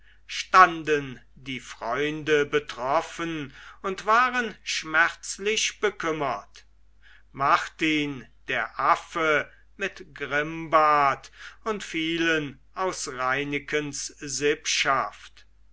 standen die freunde betroffen und waren schmerzlich bekümmert martin der affe mit grimbart und vielen aus reinekens sippschaft